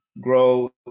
grow